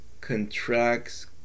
contracts